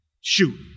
shoot